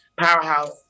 Powerhouse